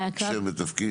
מאיה קרבטרי,